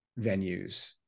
venues